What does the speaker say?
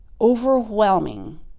overwhelming